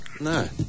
No